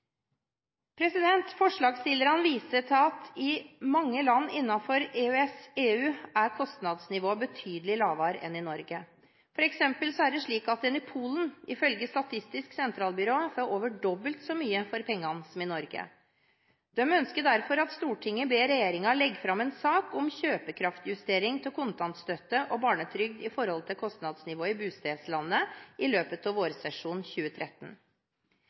mange land innenfor EØS/EU er kostnadsnivået betydelig lavere enn i Norge. For eksempel er det slik at en i Polen ifølge Statistisk sentralbyrå får over dobbelt så mye for pengene som i Norge. De ønsker derfor at Stortinget ber regjeringen legge fram en sak om kjøpekraftjustering av kontantstøtte og barnetrygd i forhold til kostnadsnivået i bostedslandet i løpet av vårsesjonen 2013.